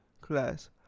class